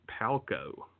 Palco